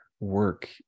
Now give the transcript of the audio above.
work